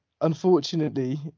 Unfortunately